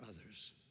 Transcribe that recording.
others